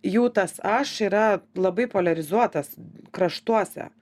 jų tas aš yra labai poliarizuotas kraštuose